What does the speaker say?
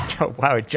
Wow